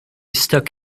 stuck